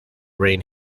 rain